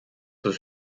was